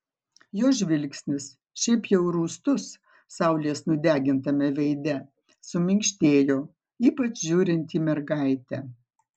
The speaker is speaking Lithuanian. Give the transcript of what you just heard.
jo žvilgsnis šiaip jau rūstus saulės nudegintame veide suminkštėjo ypač žiūrint į mergaitę